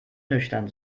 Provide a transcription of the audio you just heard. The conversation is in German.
nüchtern